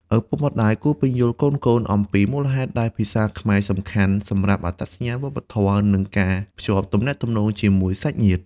ឪពុកម្តាយគួរពន្យល់កូនៗអំពីមូលហេតុដែលភាសាខ្មែរសំខាន់សម្រាប់អត្តសញ្ញាណវប្បធម៌ និងការភ្ជាប់ទំនាក់ទំនងជាមួយសាច់ញាតិ។